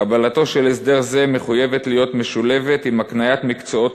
קבלתו של הסדר זה מחויבת להיות משולבת בהקניית מקצועות